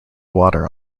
water